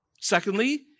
Secondly